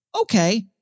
okay